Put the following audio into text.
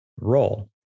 role